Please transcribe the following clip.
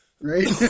Right